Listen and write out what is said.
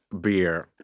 beer